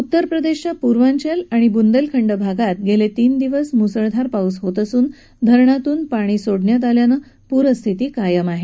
उत्तरप्रदेशच्या पूर्वांचल आणि बुंदेलखंड भागात गेले तीन दिवस मुसळधार पाऊस होत असून धरणातून पाणी सोडण्यात आल्यानं पूरस्थिती कायम आहे